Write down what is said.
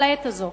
אבל לעת הזאת,